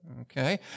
Okay